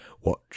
watch